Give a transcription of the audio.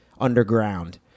underground